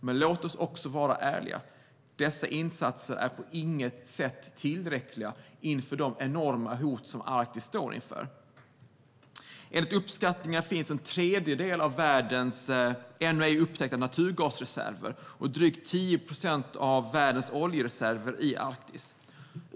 Men låt oss också vara ärliga: Dessa insatser är på inget sätt tillräckliga med de enorma hot som Arktis står inför. Enligt uppskattningar finns en tredjedel av världens ännu ej upptäckta naturgasreserver och drygt 10 procent av världens oljereserver i Arktis.